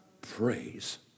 Praise